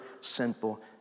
sinful